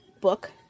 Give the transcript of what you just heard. book